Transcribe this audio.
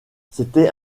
c’était